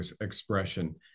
expression